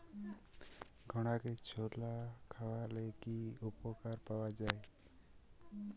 ঘোড়াকে ছোলা খাওয়ালে কি উপকার পাওয়া যায়?